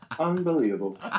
Unbelievable